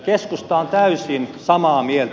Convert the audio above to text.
keskusta on täysin samaa mieltä